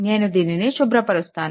నేను దీనిని శుభ్రపరుస్తాను